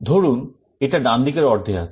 ধরুন এটা ডান দিকের অর্ধে আছে